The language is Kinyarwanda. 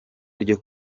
ryo